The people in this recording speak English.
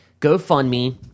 GoFundMe